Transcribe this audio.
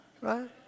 Right